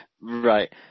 right